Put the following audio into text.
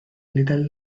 little